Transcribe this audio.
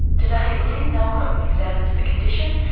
today lynne malcolm examines the condition,